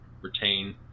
retain